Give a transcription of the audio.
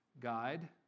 guide